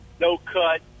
no-cut